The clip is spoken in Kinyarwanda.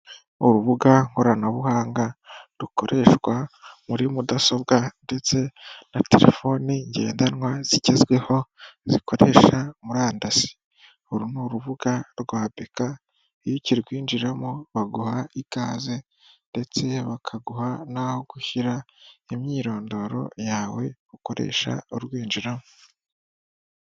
Urubuga nkoranabuhanga rukoreshwa muri mudasobwa ndetse na telefoni ngendanwa zigezweho zikoresha murandasi, uru ni urubuga rwa Beka iyo ukirwinjiramo baguha ikaze ndetse bakaguha n'aho gushyira imyirondoro yawe ukoresha urwinjiramo.